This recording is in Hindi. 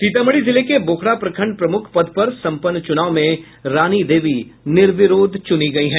सीतामढ़ी जिले के बोखड़ा प्रखंड प्रमुख पद पर सम्पन्न चुनाव में रानी देवी निर्विरोध चुनी गयी हैं